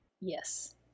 Yes